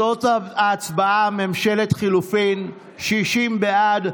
תוצאות ההצבעה על ממשלת החילופים: 60 בעד,